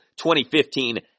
2015